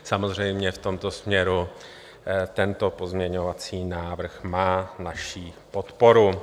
Samozřejmě v tomto směru tento pozměňovací návrh má naši podporu.